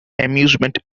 amusement